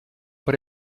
but